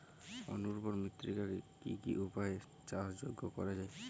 অনুর্বর মৃত্তিকাকে কি কি উপায়ে চাষযোগ্য করা যায়?